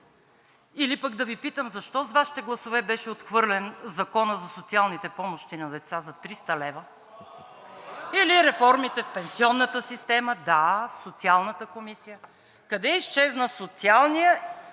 или пък да Ви питам защо с Вашите гласове беше отхвърлен Законът за социалните помощи на деца за 300 лв., или реформите в пенсионната система… (Шум и реплики.) Да, в Социалната комисия. Къде изчезна социалният